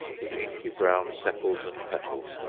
with inky brown sepals and petals,